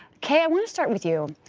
kay, i want to start with you.